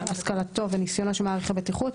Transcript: השכלתו וניסיונו של מעריך הבטיחות,